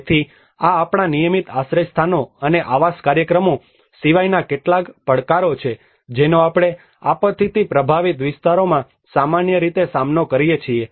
તેથી આ આપણાં નિયમિત આશ્રયસ્થાનો અને આવાસ કાર્યક્રમો સિવાયના કેટલાક પડકારો છે જેનો આપણે આપત્તિથી પ્રભાવિત વિસ્તારોમાં સામાન્ય રીતે સામનો કરીએ છીએ